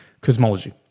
cosmology